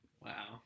Wow